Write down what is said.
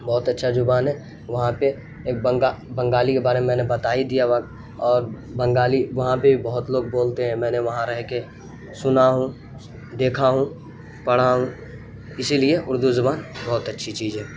بہت اچھا زبان ہیں وہاں پہ ایک بنگالی بنگالی کے بارے میں میں نے بتا ہی دیا اور بنگالی وہاں پہ بھی بہت لوگ بولتے ہیں میں نے وہاں رہ کے سنا ہوں دیکھا ہوں پڑھا ہوں اسی لیے اردو زبان بہت اچھی چیز ہے